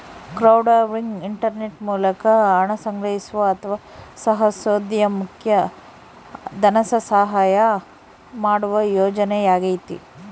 crowdfunding internet ಮೂಲಕ ಹಣ ಸಂಗ್ರಹಿಸುವ ಅಥವಾ ಸಾಹಸೋದ್ಯಮುಕ್ಕ ಧನಸಹಾಯ ಮಾಡುವ ಯೋಜನೆಯಾಗೈತಿ